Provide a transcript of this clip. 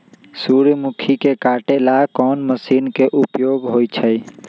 सूर्यमुखी के काटे ला कोंन मशीन के उपयोग होई छइ?